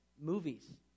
movies